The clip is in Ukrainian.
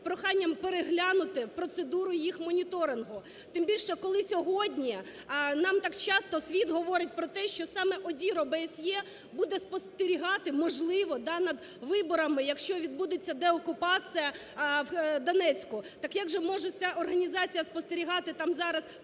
з проханням переглянути процедуру їх моніторингу. Тим більше, коли сьогодні нам так часто світ говорить про те, що саме ОДІР/ОБСЄ буде спостерігати, можливо, над виборами, якщо відбудеться деокупація в Донецьку. Так як же може ця організація спостерігати там зараз